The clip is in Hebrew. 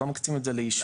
לא מקצים את זה לישוב.